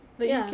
ya